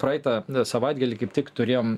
praeitą savaitgalį kaip tik turėjom